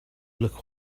look